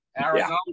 Arizona